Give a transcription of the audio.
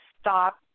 stop